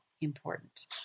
important